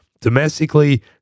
Domestically